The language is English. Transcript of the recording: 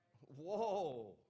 Whoa